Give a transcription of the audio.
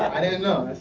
i didn't know,